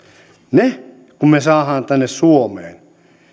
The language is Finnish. ne kun me saamme tänne suomeen